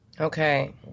Okay